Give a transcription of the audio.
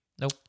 Nope